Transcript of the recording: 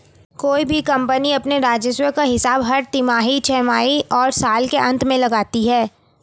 कोई भी कम्पनी अपने राजस्व का हिसाब हर तिमाही, छमाही और साल के अंत में लगाती है